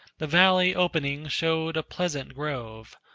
the valley opening showed a pleasant grove,